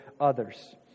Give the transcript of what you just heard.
others